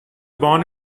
born